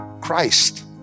Christ